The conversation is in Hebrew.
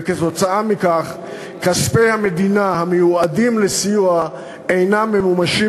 וכתוצאה מכך כספי המדינה המיועדים לסיוע אינם ממומשים